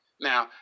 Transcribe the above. Now